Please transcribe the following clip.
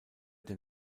der